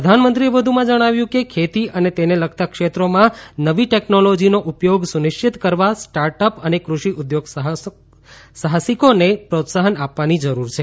પ્રધાનમંત્રીએ વધુમાં જણાવ્યું કે ખેતી અને તેને લગતાં ક્ષેત્રોમાં નવી ટેકનોલોજીનો ઉપયોગ સુનિશ્ચિત કરવા સ્ટાર્ટ અપ અને કૃષિ ઉદ્યોગ સાહસિકોને પ્રોત્સાફન આપવાની જરૂર છે